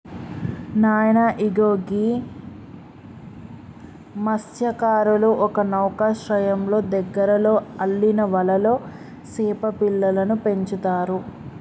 నాయన ఇగో గీ మస్త్యకారులు ఒక నౌకశ్రయంలో దగ్గరలో అల్లిన వలలో సేప పిల్లలను పెంచుతారు